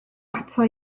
ata